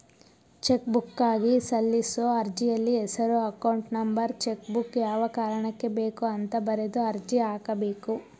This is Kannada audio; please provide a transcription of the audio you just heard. ಚೆಕ್ಬುಕ್ಗಾಗಿ ಸಲ್ಲಿಸೋ ಅರ್ಜಿಯಲ್ಲಿ ಹೆಸರು ಅಕೌಂಟ್ ನಂಬರ್ ಚೆಕ್ಬುಕ್ ಯಾವ ಕಾರಣಕ್ಕೆ ಬೇಕು ಅಂತ ಬರೆದು ಅರ್ಜಿ ಹಾಕಬೇಕು